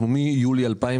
אנחנו מיולי 2020,